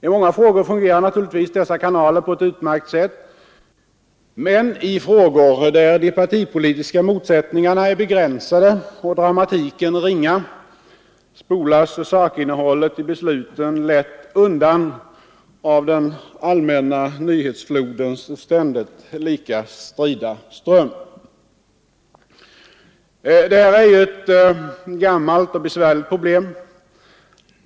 I många frågor fungerar naturligtvis dessa kanaler på ett utmärkt sätt, men i frågor där de partipolitiska motsättningarna är begränsade och dramatiken ringa spolas sakinnehållet i besluten lätt undan av den allmänna nyhetsflodens ständigt lika strida ström. Det här är ju ett gammalt och besvärligt problem.